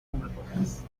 públicas